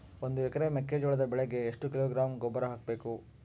ಒಂದು ಎಕರೆ ಮೆಕ್ಕೆಜೋಳದ ಬೆಳೆಗೆ ಎಷ್ಟು ಕಿಲೋಗ್ರಾಂ ಗೊಬ್ಬರ ಹಾಕಬೇಕು?